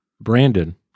brandon